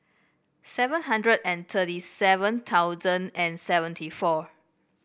seven hundred and thirty seven thousand and seventy four